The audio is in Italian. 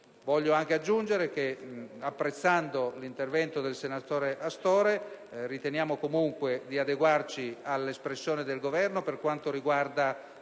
Voglio anche aggiungere che, pur apprezzando l'intervento del senatore Astore, riteniamo comunque di adeguarci all'espressione contraria del Governo per quanto riguarda